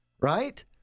right